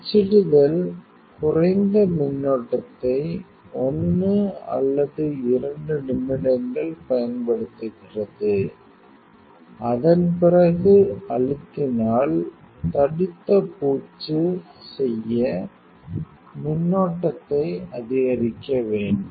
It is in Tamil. அச்சிடுதல் குறைந்த மின்னோட்டத்தை 1 அல்லது 2 நிமிடங்கள் பயன்படுத்துகிறது அதன் பிறகு அழுத்தினால் தடித்த பூச்சு செய்ய மின்னோட்டத்தை அதிகரிக்க வேண்டும்